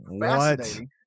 fascinating